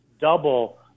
double